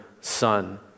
son